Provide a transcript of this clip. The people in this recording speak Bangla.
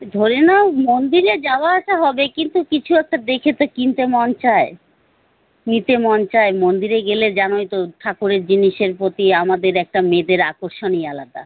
ধরে নাও মন্দিরে যাওয়া আসা হবে কিন্তু কিছু একটা দেখে তো কিনতে মন চায় নিতে মন চায় মন্দিরে গেলে জানোই তো ঠাকুরের জিনিসের প্রতি আমাদের একটা মেয়েদের আকর্ষণই আলাদা